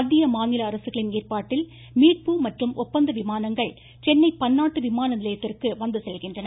மத்திய மாநில அரசுகளின் ஏற்பாட்டில் மீட்பு மற்றும் ஒப்பந்த விமானங்கள் சென்னை பன்னாட்டு விமான நிலையத்திற்கு வந்து செல்கின்றன